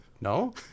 No